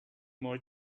more